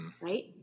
Right